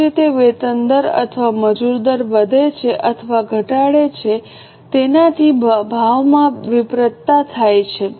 તે જ રીતે વેતન દર અથવા મજૂર દર વધે છે અથવા ઘટાડે છે તેનાથી ભાવમાં વિપરિતતા થાય છે